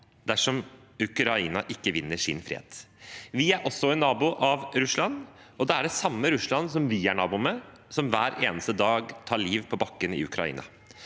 dersom Ukraina ikke vinner sin frihet? Vi er også en nabo av Russland, og det er det samme Russland som vi er nabo med, som hver eneste dag tar liv på bakken i Ukraina.